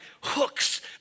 hooks